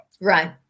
Right